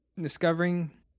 discovering